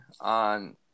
on